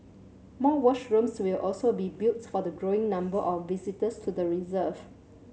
more washrooms will also be built for the growing number of visitors to the reserve